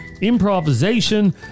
Improvisation